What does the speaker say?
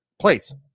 place